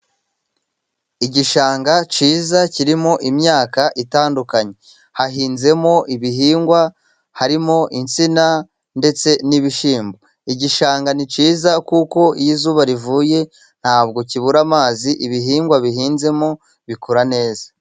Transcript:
Igishanga cyiza kirimo imyaka itandukanye, hahinzemo ibihingwa, harimo insina ndetse n'ibishyimbo. Igishanga ni cyiza kuko iyo izuba rivuye ntabwo kibura amazi. Ibihingwa bihinzemo bikura neza.